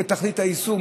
בתכלית האיסור,